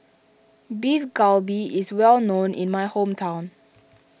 Beef Galbi is well known in my hometown